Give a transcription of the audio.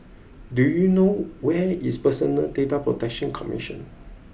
do you know where is Personal Data Protection Commission